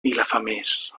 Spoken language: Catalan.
vilafamés